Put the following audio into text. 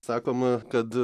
sakoma kad